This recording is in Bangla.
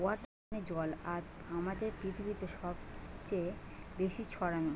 ওয়াটার মানে জল আর আমাদের পৃথিবীতে সবচে বেশি ছড়ানো